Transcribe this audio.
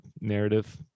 narrative